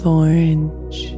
orange